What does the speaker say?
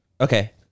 Okay